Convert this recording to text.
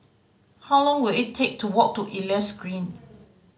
how long will it take to walk to Elias Green